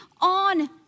on